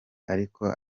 ariko